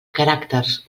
caràcters